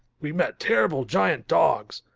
we met terrible giant dogs.